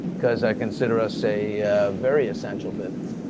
cause i consider us a very essential business.